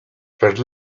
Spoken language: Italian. per